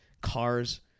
cars